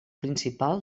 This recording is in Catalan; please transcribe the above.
principal